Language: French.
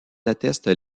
attestent